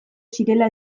zirela